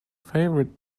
favorite